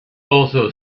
also